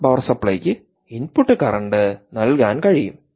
ആ പവർ സപ്ലൈയ്ക്ക് input current നൽകാൻ കഴിയും